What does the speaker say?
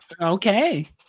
Okay